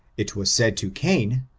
it was said to cain,